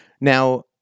Now